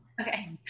Okay